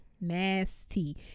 Nasty